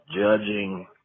judging